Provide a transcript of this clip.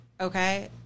okay